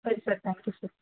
ಸರಿ sir thank you sir